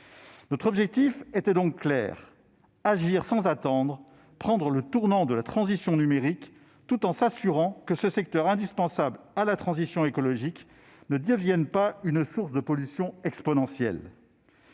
Notre objectif était donc clair : agir sans attendre, prendre le tournant de la transition numérique, tout en s'assurant que ce secteur indispensable à la transition écologique ne devienne pas une source de pollution exponentielle.